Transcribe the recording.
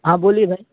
ہاں بولیے بھائی